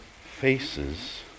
faces